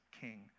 king